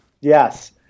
Yes